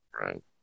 Right